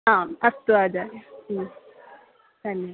आम् अस्तु आचार्य धन्यवादः